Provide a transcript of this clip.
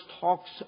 talks